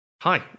Hi